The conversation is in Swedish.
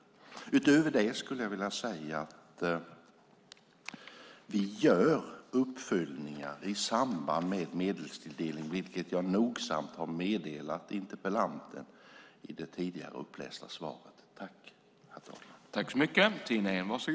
Utöver det upplästa interpellationssvaret skulle jag vilja säga att vi gör uppföljningar i samband med medelstilldelning, vilket jag nogsamt har meddelat interpellanten i den tidigare upplästa delen av svaret.